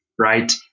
right